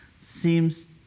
seems